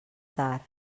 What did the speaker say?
tard